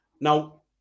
Now